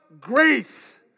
grace